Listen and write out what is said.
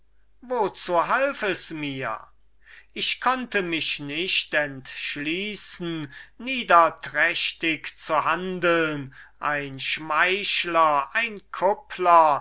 wozu half es mir ich konnte mich nicht entschließen niederträchtig zu handeln ein schmeichler ein kuppler